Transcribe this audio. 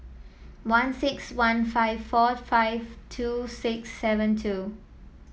one six one five four five two six seven two